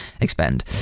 Expend